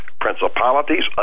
principalities